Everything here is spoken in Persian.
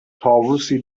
طاووسی